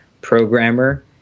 programmer